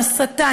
הסתה,